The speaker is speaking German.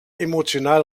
emotional